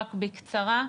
רק בקצרה.